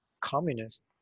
communist